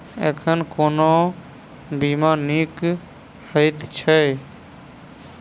एखन कोना बीमा नीक हएत छै?